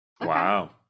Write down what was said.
wow